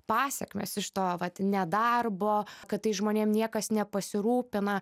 pasekmes iš to vat nedarbo kad tai žmonėm niekas nepasirūpina